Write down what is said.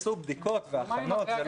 עשו בדיקות והכנות.